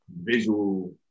visual